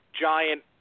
giant